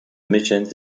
missions